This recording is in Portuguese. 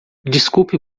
desculpe